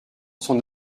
son